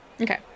Okay